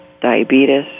diabetes